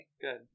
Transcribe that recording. Good